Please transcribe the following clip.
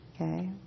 okay